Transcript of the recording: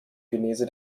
genese